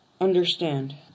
understand